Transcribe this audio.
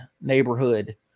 neighborhood